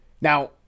Now